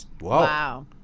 Wow